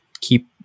keep